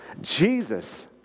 Jesus